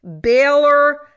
Baylor